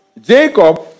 Jacob